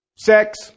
Sex